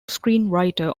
screenwriter